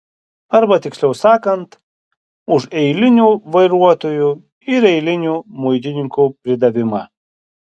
arba tiksliau sakant už eilinių vairuotojų ir eilinių muitininkų pridavimą